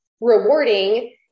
rewarding